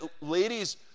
ladies